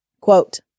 Quote